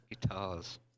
Guitars